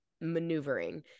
maneuvering